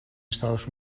estados